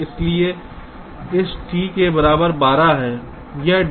इसलिए इस t के बराबर 12 है